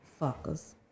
Fuckers